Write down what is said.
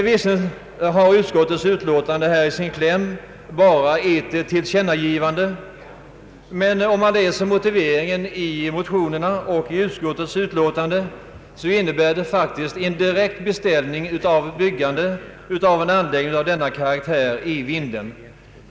Visserligen har utskottsutlåtandet i sin kläm bara ett tillkännagivande, men motiveringen i motionerna och i utskottets utlåtande innebär faktiskt en direkt beställning av byggande av en anläggning av denna karaktär i Vindeln.